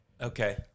Okay